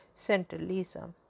centralism